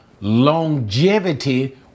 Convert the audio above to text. longevity